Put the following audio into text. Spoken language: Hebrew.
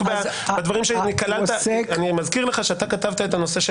אני מזכיר לך שאתה כתבת את הנושא של